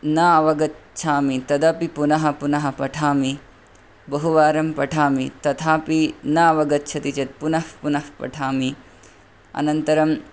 न अवगच्छामि तदपि पुनः पुनः पठामि बहु वारं पठामि तथापि न अवगच्छति चेत् पुनः पुनः पठामि अनन्तरम्